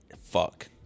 Fuck